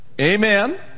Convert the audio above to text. Amen